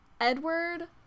Edward